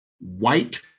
white